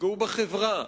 יפגעו בחברה,